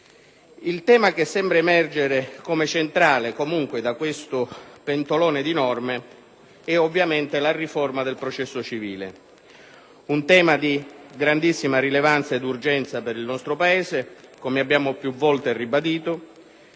Il tema che sembra emergere come centrale da questo pentolone di norme è, ovviamente, la riforma del processo civile; un tema di grandissima rilevanza ed urgenza per il nostro Paese - come più volte abbiamo